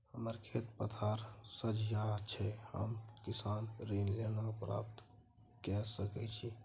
हमर खेत पथार सझिया छै हम किसान ऋण केना प्राप्त के सकै छी?